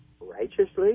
Righteously